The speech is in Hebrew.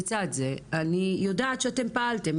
לצד זה אני יודעת שאתם פעלתם.